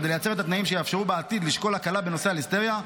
כדי לייצר את התנאים שיאפשרו בעתיד לשקול הקלה בנושא הליסטריה,